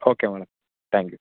okay madam thank you